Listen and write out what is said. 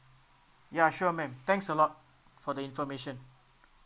ya sure ma'am thanks a lot for the information